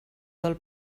del